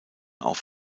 auf